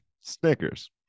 Snickers